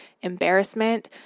embarrassment